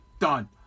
done